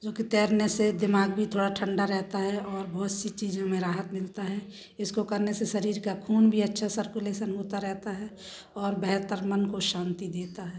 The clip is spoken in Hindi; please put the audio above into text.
क्योकि तैरने से दिमाग भी थोड़ा ठंडा रहता है और बहुत सी चीज़ों में राहत मिलता है इसको करने से शरीर का खून भी अच्छा सर्कुलेसन होता रहता है और बेहतर मन को शांति देता है